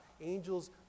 Angels